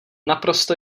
naprosto